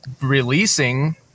releasing